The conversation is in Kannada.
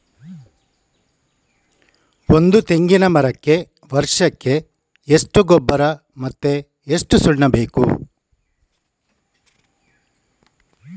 ಒಂದು ತೆಂಗಿನ ಮರಕ್ಕೆ ವರ್ಷಕ್ಕೆ ಎಷ್ಟು ಗೊಬ್ಬರ ಮತ್ತೆ ಎಷ್ಟು ಸುಣ್ಣ ಬೇಕು?